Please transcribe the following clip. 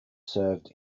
served